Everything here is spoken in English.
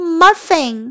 muffin